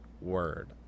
word